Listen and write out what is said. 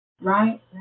right